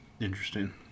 Interesting